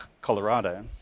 Colorado